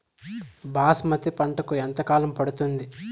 బాస్మతి పంటకు ఎంత కాలం పడుతుంది?